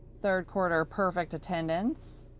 third quarter perfect attendance,